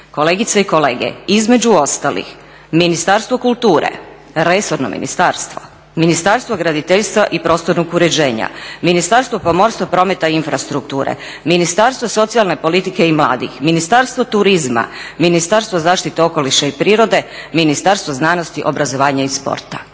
Kolegice i kolege, između ostalih, Ministarstvo kulture, Resorno ministarstvo, Ministarstvo graditeljstva i prostornog uređenja, Ministarstvo pomorstva, prometa i infrastrukture, Ministarstvo socijalne politike i mladih, Ministarstvo turizma, Ministarstvo zaštite okoliša i prirode, Ministarstvo znanosti, obrazovanja i sporta.